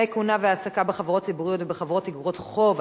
20) (תנאי כהונה והעסקה בחברות ציבוריות ובחברות איגרות חוב),